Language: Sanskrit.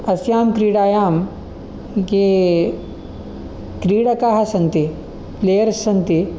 अस्यां क्रीडायां ये क्रीडकाः सन्ति प्लेयर्स सन्ति